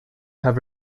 have